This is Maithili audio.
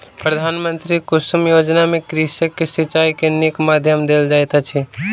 प्रधानमंत्री कुसुम योजना में कृषक के सिचाई के नीक माध्यम देल जाइत अछि